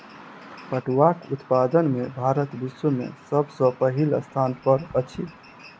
पटुआक उत्पादन में भारत विश्व में सब सॅ पहिल स्थान पर अछि